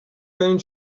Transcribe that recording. going